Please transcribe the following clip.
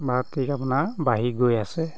বাৰেপতি আপোনাৰ বাঢ়ি গৈ আছে